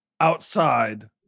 outside